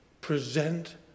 present